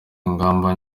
ingamba